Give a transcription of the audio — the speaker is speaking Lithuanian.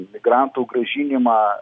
migrantų grąžinimą